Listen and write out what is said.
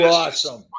awesome